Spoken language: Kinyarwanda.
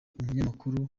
umunyamakuru